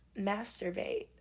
masturbate